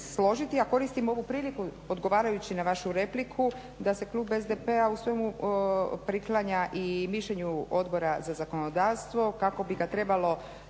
a koristim ovu priliku odgovarajući na vašu repliku da se klub SDP-a u svemu priklanja i mišljenju Odbora za zakonodavstvo kako bi ga trebalo